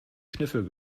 kniffel